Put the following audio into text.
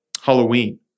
halloween